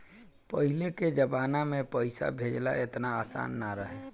पहिले के जमाना में पईसा भेजल एतना आसान ना रहे